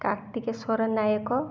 Kartikeswar Nayak